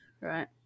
right